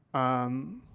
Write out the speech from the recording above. um,